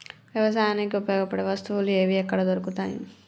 వ్యవసాయానికి ఉపయోగపడే వస్తువులు ఏవి ఎక్కడ దొరుకుతాయి?